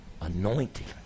anointing